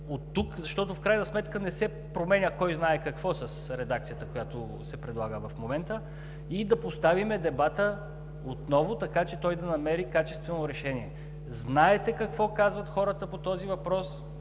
защото в крайна сметка не се променя кой знае какво с редакцията, която се предлага в момента, и да поставим дебата отново, така че той да намери качествено решение. Знаете какво казват хората по този въпрос,